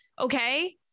Okay